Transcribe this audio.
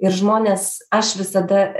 ir žmonės aš visada